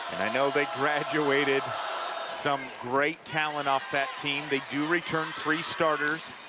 and i know they graduated some great talent off that team they do return three starters.